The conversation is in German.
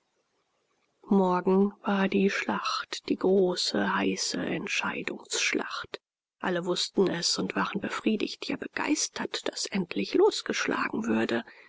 morgen war die schlacht die große heiße entscheidungsschlacht alle wußten es und waren befriedigt ja begeistert daß endlich losgeschlagen würde